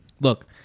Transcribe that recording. Look